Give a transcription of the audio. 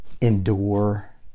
endure